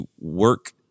work